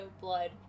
blood